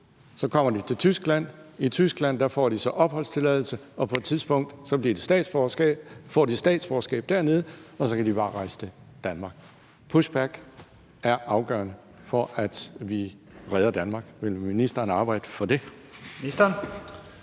Så kommer de til Tyskland, i Tyskland får de så opholdstilladelse, og på et tidspunkt får de et statsborgerskab dernede, og så kan de bare rejse til Danmark. En push back er afgørende for, at vi redder Danmark. Vil ministeren arbejde for det?